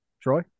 Troy